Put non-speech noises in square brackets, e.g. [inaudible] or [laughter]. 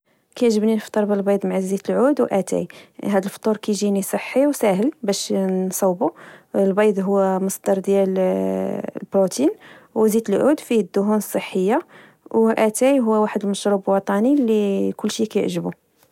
: كعجبني نفطر بالبيض مع زيت العود وأتاي، هاد الفطور كجيني صحي وساهل باش نصوبو. البيض هو مصدر ديال [hesitation] للبروتين، وزيت العود فيه الدهون الصحية، وأتاي هو واحد المشروب وطني لكلشي كعجبو